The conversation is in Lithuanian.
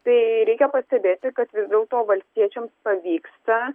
tai reikia pastebėti kad vis dėlto valstiečiams pavyksta